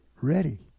ready